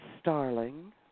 Starling